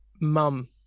mum